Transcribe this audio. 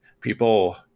people